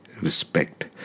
respect